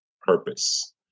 purpose